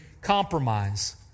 compromise